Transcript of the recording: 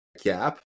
gap